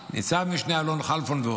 ניצב משנה אלון כלפון ועוד,